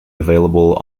available